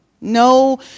No